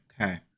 okay